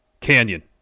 Canyon